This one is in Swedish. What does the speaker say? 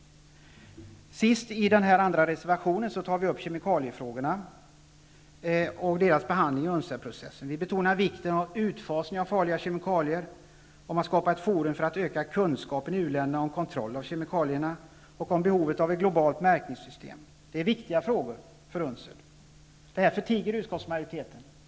Sist i reservation nr 2 tar vi upp kemikaliefrågorna och deras behandling vid UNCED-processen. Vi betonar vikten av utfasning av farliga kemikalier, vikten av att det i u-länderna skapas ett forum för att öka kunskapen om kontroll av kemikalier samt behovet av ett globalt märkningssystem. Det är viktiga frågor för UNCED. Därför tiger utskottsmajoriteten.